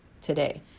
today